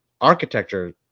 architecture